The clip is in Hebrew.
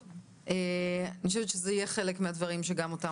אני חושבת שזה יהיה חלק מן הדברים שגם אותם